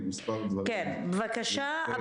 בבקשה.